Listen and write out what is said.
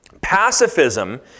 Pacifism